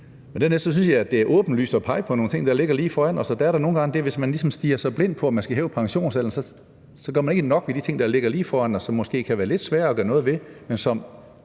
der er det nogle gange sådan, at hvis man ligesom stirrer sig blind på, at man skal hæve pensionsalderen, så gør man ikke nok ved de ting, der ligger lige foran os, og som måske kan være lidt sværere at gøre noget ved,